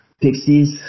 pixies